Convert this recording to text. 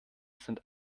sind